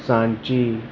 Sanchi